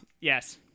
Yes